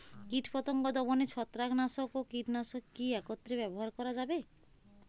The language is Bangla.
কীটপতঙ্গ দমনে ছত্রাকনাশক ও কীটনাশক কী একত্রে ব্যবহার করা যাবে?